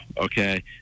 okay